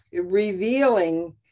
revealing